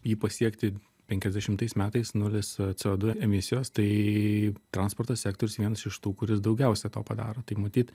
jį pasiekti penkiasdešimtais metais nulis co du emisijos tai transporto sektorius vienas iš tų kuris daugiausia to padaro tai matyt